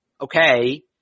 okay